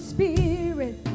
Spirit